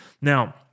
Now